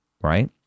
right